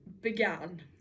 began